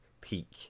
peak